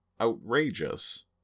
outrageous